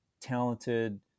talented